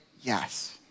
Yes